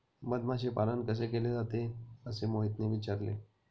मधमाशी पालन कसे केले जाते? असे मोहितने विचारले